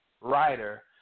writer